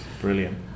Brilliant